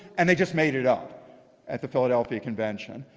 and they just made it up at the philadelphia convention.